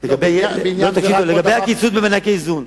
במענקי האיזון,